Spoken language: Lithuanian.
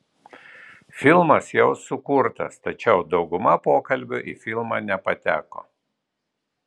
filmas jau sukurtas tačiau dauguma pokalbių į filmą nepateko